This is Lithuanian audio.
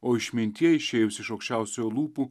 o išmintie išėjusi iš aukščiausiojo lūpų